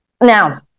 Now